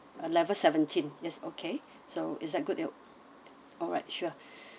uh level seventeen yes okay so it's that good alright sure